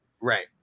Right